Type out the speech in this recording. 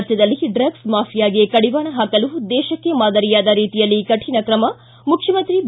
ರಾಜ್ಯದಲ್ಲಿ ಡ್ರಗ್ಲ್ ಮಾಫಿಯಾಗೆ ಕಡಿವಾಣ ಹಾಕಲು ದೇಶಕ್ಕೇ ಮಾದರಿಯಾದ ರೀತಿಯಲ್ಲಿ ಕಡಿಣ ಕ್ರಮ ಮುಖ್ಚಮಂತ್ರಿ ಬಿ